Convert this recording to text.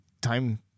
time